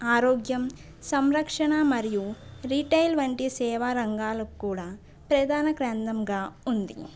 ఆరోగ్యం సంరక్షణ మరియు రిటైల్ వంటి సేవ రంగాలకు కూడా ప్రధాన కేంద్రంగా ఉంది